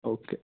okay